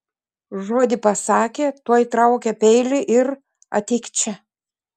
žodį pasakė tuoj traukia peilį ir ateik čia